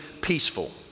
peaceful